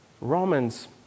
Romans